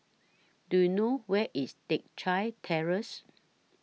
Do YOU know Where IS Teck Chye Terrace